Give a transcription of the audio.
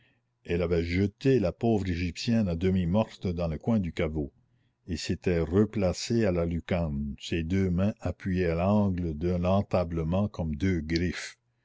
elle avait jeté la pauvre égyptienne à demi morte dans le coin du caveau et s'était replacée à la lucarne ses deux mains appuyées à l'angle de l'entablement comme deux griffes